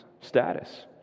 status